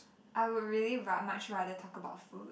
I would really ra~ much rather talk about food